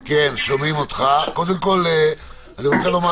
תוך כדי הדיון שהיתה ועדה בזמנו שאתה עומד